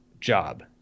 job